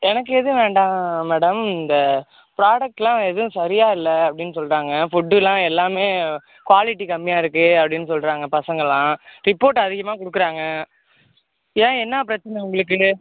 எனக்கு எதும் வேண்டாம் மேடம் இந்த ப்ராடெக்ட்லாம் எதுவும் சரியாக இல்லை அப்படின்னு சொல்லுறாங்க ஃபுட் எல்லாம் எல்லாமே குவாலிட்டி கம்மியாக இருக்கு அப்படின்னு சொல்லுறாங்க பசங்கள்லாம் ரிப்போர்ட் அதிகமாக கொடுக்குறாங்க ஏன் என்ன பிரச்சனை உங்களுக்கு